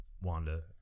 Wanda